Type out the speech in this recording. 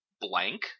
blank